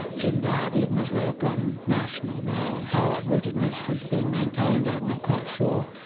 in that, even as they've gone national. now how that rootedness is being maintained, i'm not quite sure.